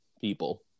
people